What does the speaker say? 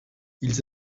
ils